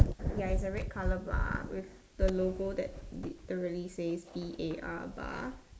ya is a red colour bar with a logo that literally says B a R bar